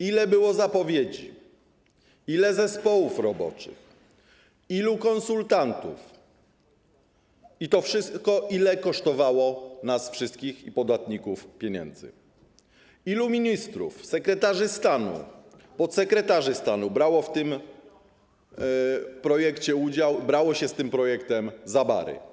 Ile było zapowiedzi, ile zespołów roboczych, ilu konsultantów, ile to wszystko kosztowało pieniędzy nas wszystkich, podatników, ilu ministrów, sekretarzy stanu, podsekretarzy stanu brało w tym projekcie udział, brało się z tym projektem za bary.